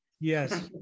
Yes